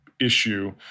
issue